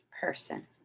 person